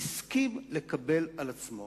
הוא הסכים לקבל על עצמו